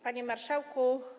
Panie Marszałku!